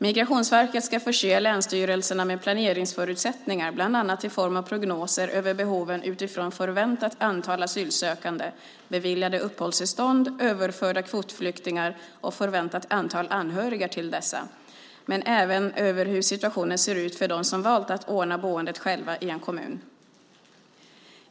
Migrationsverket ska förse länsstyrelserna med planeringsförutsättningar, bland annat i form av prognoser över behoven utifrån förväntat antal asylsökande, beviljade uppehållstillstånd, överförda kvotflyktingar och förväntat antal anhöriga till dessa, men även över hur situationen ser ut för dem som har valt att ordna boendet själva i en kommun.